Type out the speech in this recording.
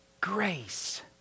grace